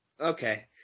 Okay